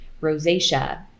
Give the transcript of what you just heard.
rosacea